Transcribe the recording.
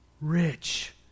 rich